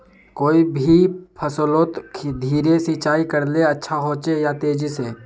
कोई भी फसलोत धीरे सिंचाई करले अच्छा होचे या तेजी से?